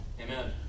Amen